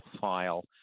file